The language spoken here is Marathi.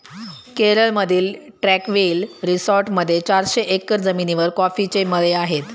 केरळमधील ट्रँक्विल रिसॉर्टमध्ये चारशे एकर जमिनीवर कॉफीचे मळे आहेत